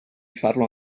farlo